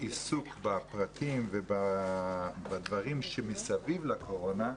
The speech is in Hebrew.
עיסוק בפרטים ובדברים שמסביב לקורונה,